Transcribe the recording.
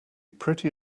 pretty